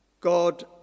God